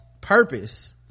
purpose